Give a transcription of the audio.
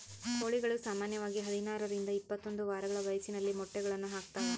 ಕೋಳಿಗಳು ಸಾಮಾನ್ಯವಾಗಿ ಹದಿನಾರರಿಂದ ಇಪ್ಪತ್ತೊಂದು ವಾರಗಳ ವಯಸ್ಸಿನಲ್ಲಿ ಮೊಟ್ಟೆಗಳನ್ನು ಹಾಕ್ತಾವ